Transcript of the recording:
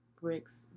bricks